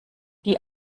die